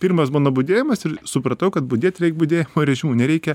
pirmas mano budėjimas ir supratau kad budėt reik budėjimo režimu nereikia